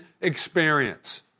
experience